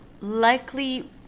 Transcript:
likely